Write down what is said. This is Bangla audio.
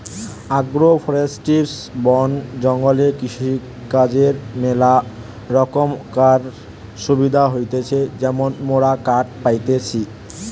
আগ্রো ফরেষ্ট্রী বন জঙ্গলে কৃষিকাজর ম্যালা রোকমকার সুবিধা হতিছে যেমন মোরা কাঠ পাইতেছি